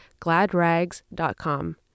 gladrags.com